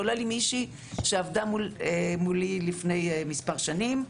כולל מישהי שעבדה מולי לפני כמה שנים.